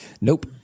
Nope